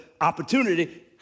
opportunity